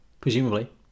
presumably